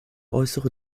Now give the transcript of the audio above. äußere